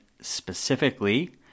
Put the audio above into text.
specifically